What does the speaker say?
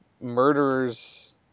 murderers